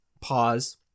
pause